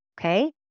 Okay